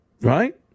right